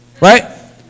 Right